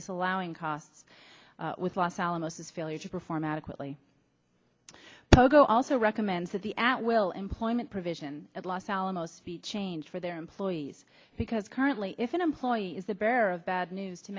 disallowing cars with los alamos this failure to perform adequately pogo also recommends that the at will employment provision at los alamos the change for their employees because currently if an employee is the bearer of bad news to